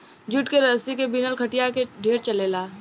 jute के रसरी के बिनल खटिया ढेरे चलेला